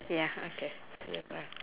ya okay